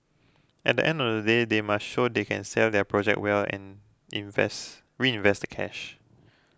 at the end of the day they must show they can sell their project well and invest reinvest the cash